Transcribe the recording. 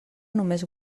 només